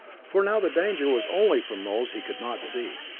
for now the danger was only from those he could not see.